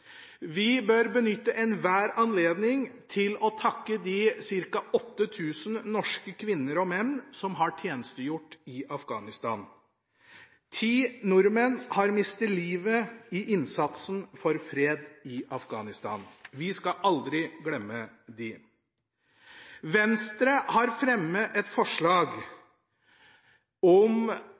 Vi bør benytte enhver anledning til å takke de ca. 8 000 norske kvinner og menn som har tjenestegjort i Afghanistan. Ti nordmenn har mistet livet i innsatsen for fred i Afghanistan. Vi skal aldri glemme dem. Venstre har fremmet et forslag om